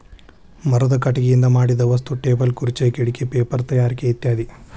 ಮರದ ಕಟಗಿಯಿಂದ ಮಾಡಿದ ವಸ್ತು ಟೇಬಲ್ ಖುರ್ಚೆ ಕಿಡಕಿ ಪೇಪರ ತಯಾರಿಕೆ ಇತ್ಯಾದಿ